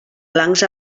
blancs